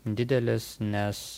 didelis nes